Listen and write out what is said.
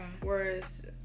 whereas